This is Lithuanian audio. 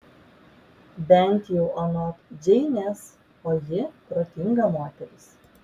bent jau anot džeinės o ji protinga moteris